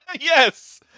Yes